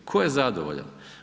Tko je zadovoljan?